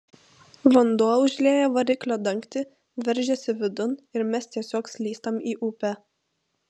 vanduo užlieja variklio dangtį veržiasi vidun ir mes tiesiog slystam į upę